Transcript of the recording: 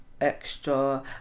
extra